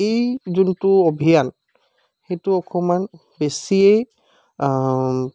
এই যোনটো অভিযান সেইটো অকণমান বেছিয়ে